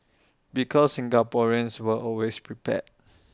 because Singaporeans were always prepared